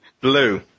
Blue